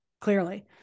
Clearly